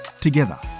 together